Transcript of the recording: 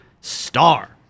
star